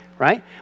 Right